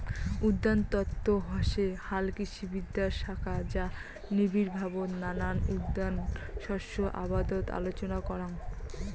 উদ্যানতত্ত্ব হসে হালকৃষিবিদ্যার শাখা যা নিবিড়ভাবত নানান উদ্যান শস্য আবাদত আলোচনা করাং